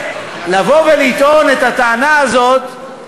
לבוא ולטעון את הטענה הזאת,